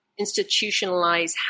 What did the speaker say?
institutionalize